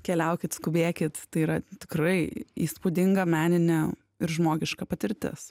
keliaukit skubėkit tai yra tikrai įspūdinga meninė ir žmogiška patirtis